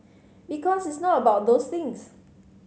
because it's not about those things